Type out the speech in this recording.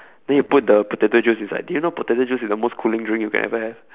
then you put the potato juice inside do you know potato juice is the most cooling drink you can ever have